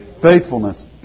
faithfulness